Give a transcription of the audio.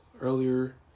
earlier